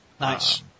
Nice